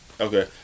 Okay